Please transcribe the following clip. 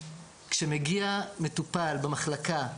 כשמגיע למחלקה מטופל,